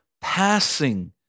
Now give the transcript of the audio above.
passing